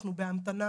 אנחנו בהמתנה